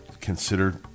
consider